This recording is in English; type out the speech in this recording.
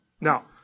Now